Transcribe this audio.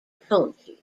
county